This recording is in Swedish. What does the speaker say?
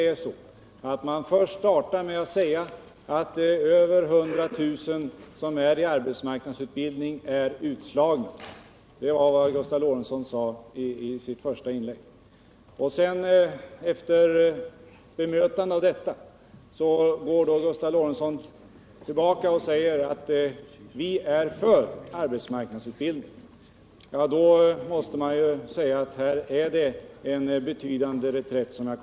Om man först startar med att säga att över 100 000 människor i arbetsmarknadsutbildning är utslagna — det var vad Gustav Lorentzon sade i sitt första inlägg — och sedan, efter bemötandet av detta, tar tillbaka och säger att ”vi är för arbetsmarknadsutbildning”, då har man gjort en betydande reträtt.